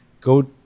go